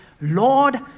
Lord